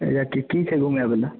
हैया की की छै घूमै बला